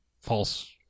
false